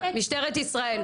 משטרת ישראל,